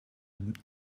and